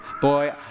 Boy